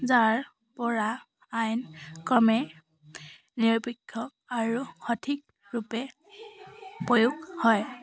যাৰ পৰা আইন ক্ৰমে নিৰপেক্ষ আৰু সঠিক ৰূপে প্ৰয়োগ হয়